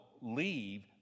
leave